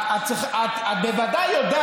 אתה בין שני העולמות.